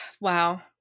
wow